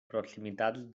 proximitats